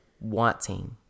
wanting